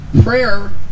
Prayer